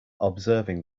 observing